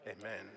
Amen